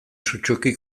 sutsuki